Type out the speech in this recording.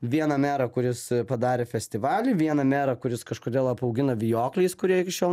vieną merą kuris padarė festivalį vieną merą kuris kažkodėl apaugina vijokliais kurie iki šiol